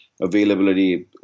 availability